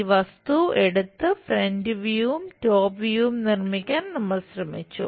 ഈ വസ്തു എടുത്ത് ഫ്രന്റ് വ്യൂവും നിർമ്മിക്കാൻ നമ്മൾ ശ്രമിച്ചു